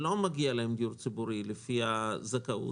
לא מגיע דיור ציבורי לפי הזכאות